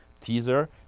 teaser